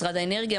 משרד האנרגיה?